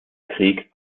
krieg